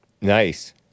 Nice